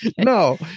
No